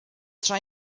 tra